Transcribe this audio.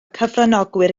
cyfranogwyr